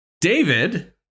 David